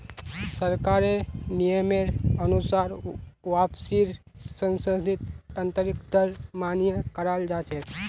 सरकारेर नियमेर अनुसार वापसीर संशोधित आंतरिक दर मान्य कराल जा छे